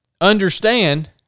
understand